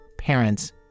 parents